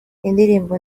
indirimbo